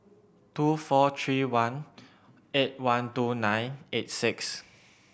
two four three one eight one two nine eight six